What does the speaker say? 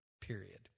period